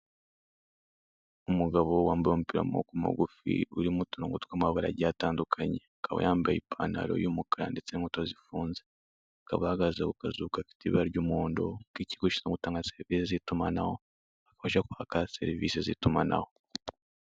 Umugabo wambaye umupira w'amaboko magufi urimo uturungo tw'amabara igiye atandukanye akaba yambaye ipantaro y'umukara ndetse n'inkweto zifunze. Akaba ahagaze kukazu gafite ibara ry'umuhondo k'ikigo gishizwe gutanga serivise z'itumanaho akabaje kwaka serivise z'itumanaho.